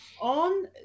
on